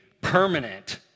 permanent